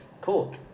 cool